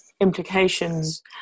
implications